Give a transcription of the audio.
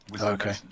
Okay